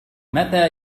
متى